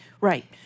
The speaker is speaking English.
Right